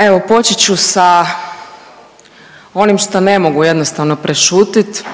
Evo počet ću sa onim što ne mogu jednostavno prešutit